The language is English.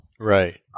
Right